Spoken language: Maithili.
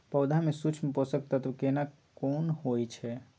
पौधा में सूक्ष्म पोषक तत्व केना कोन होय छै?